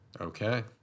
Okay